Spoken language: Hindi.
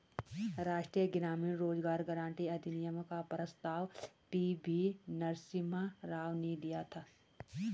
राष्ट्रीय ग्रामीण रोजगार गारंटी अधिनियम का प्रस्ताव पी.वी नरसिम्हा राव ने दिया था